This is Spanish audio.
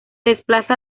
desplaza